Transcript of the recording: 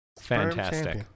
Fantastic